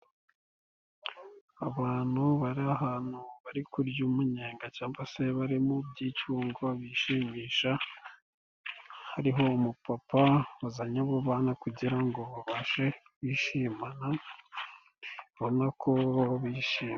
Abantu bari ahantu bari kurya umunyenga cyangwa se bari mu byi'cngo bishimisha, hariho umupapa wazanye abana kugira ngo babashe kwishimana, urabona ko bishimye.